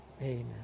Amen